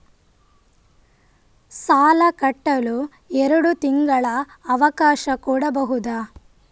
ಸಾಲ ಕಟ್ಟಲು ಎರಡು ತಿಂಗಳ ಅವಕಾಶ ಕೊಡಬಹುದಾ?